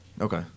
Okay